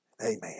amen